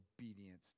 obedience